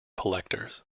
collectors